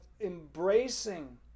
embracing